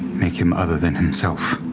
make him other than himself.